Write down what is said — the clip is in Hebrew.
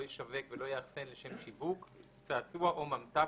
לא ישווק ולא יאחסן לשם שיווק צעצוע או ממתק,